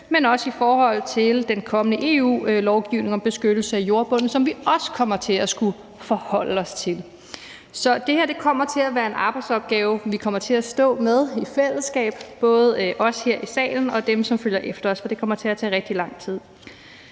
men også i forhold til den kommende EU-lovgivning om beskyttelse af jordbunden, som vi også kommer til at skulle forholde os til. Så det her er en arbejdsopgave, vi kommer til at stå med i fællesskab – både os her i salen og dem, som følger efter os, for det kommer til at tage rigtig lang tid.